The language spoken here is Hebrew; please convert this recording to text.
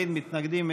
אין מתנגדים,